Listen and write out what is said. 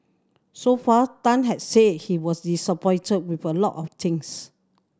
so far Tan has said he was disappointed with a lot of things